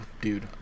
dude